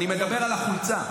אני מדבר על החולצה.